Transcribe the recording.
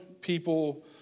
people